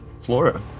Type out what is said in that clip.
Flora